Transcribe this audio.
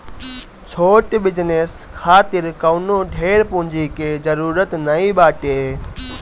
छोट बिजनेस खातिर कवनो ढेर पूंजी के जरुरत नाइ बाटे